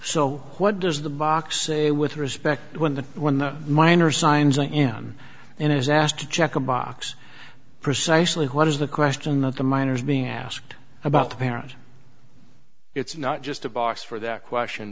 so what does the box say with respect when the when the miners signs on him and is asked to check a box precisely what is the question that the minors being asked about the parents it's not just a box for that question